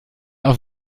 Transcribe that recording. auf